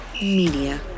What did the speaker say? Media